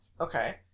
Okay